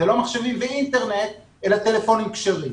אלה לא מחשבים ואינטרנט אלא טלפונים כשרים.